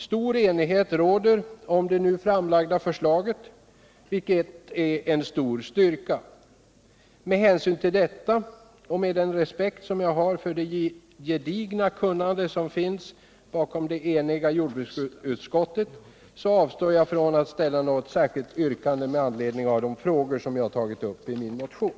Stor enighet råder om det nu framlagda förslaget, vilket är en stor styrka. Med hänsyn till detta och med den respekt jag har för det gedigna kunnande som finns bakom det eniga jordbruksutskottet, avstår jag från att ställa något särskilt yrkande med anledning av de frågor jag tagit upp i min motion.